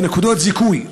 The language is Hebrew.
מנקודות זיכוי,